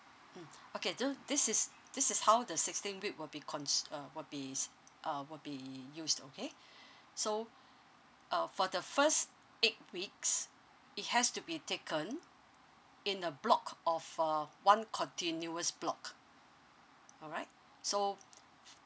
mm okay so this is this is how the sixteen weeks will be cons~ uh will be uh will be used okay so uh for the first eight weeks it has to be taken in a block of a one continuous block alright so